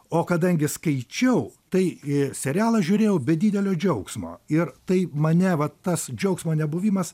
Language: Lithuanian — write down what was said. o kadangi skaičiau tai į serialą žiūrėjau be didelio džiaugsmo ir tai mane va tas džiaugsmo nebuvimas